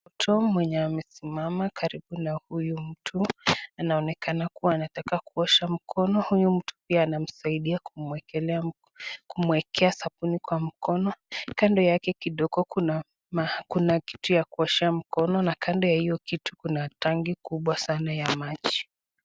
mtu mwenye amesimama karibu na huyu mtu anaonekana kuwa anataka kuosha mkono, huyu mtu pia anamsaidia kumwekelea sabuni kwa mkono, kando yake kidogo kuna kitu ya kuoshea mkono na kando ya huyo kitu kuna tangi kubwa sana ya maji.